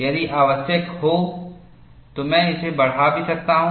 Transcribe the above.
यदि आवश्यक हो तो मैं इसे बढ़ा भी सकता हूं